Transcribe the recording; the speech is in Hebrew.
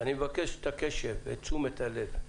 אני מבקש את הקשב ואת תשומת הלב,